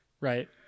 Right